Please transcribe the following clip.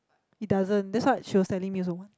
it doesn't that's what she was standing near so